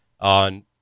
on